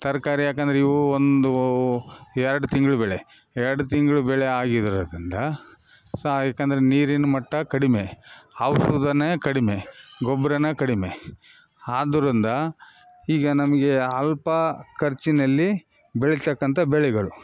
ತರಕಾರಿ ಯಾಕಂದ್ರೆ ಇವು ಒಂದು ಎರಡು ತಿಂಗ್ಳು ಬೆಳೆ ಎರಡು ತಿಂಗ್ಳು ಬೆಳೆ ಆಗಿರೋದ್ರಿಂದ ಸಹ ಯಾಕಂದ್ರೆ ನೀರಿನ ಮಟ್ಟ ಕಡಿಮೆ ಔಷಧನೇ ಕಡಿಮೆ ಗೊಬ್ಬರ ಕಡಿಮೆ ಆದುದರಿಂದ ಈಗ ನಮಗೆ ಅಲ್ಪ ಖರ್ಚಿನಲ್ಲಿ ಬೆಳಿತಕ್ಕಂಥ ಬೆಳೆಗಳು